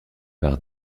par